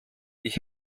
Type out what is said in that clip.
ich